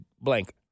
blank